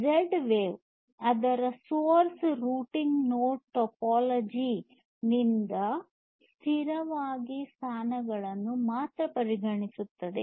Z wave ಅದರ source routed network topology ನಿಂದಾಗಿ ಸ್ಥಿರ ಸಾಧನಗಳನ್ನು ಮಾತ್ರ ಪರಿಗಣಿಸುತ್ತದೆ